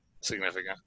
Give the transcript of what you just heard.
significant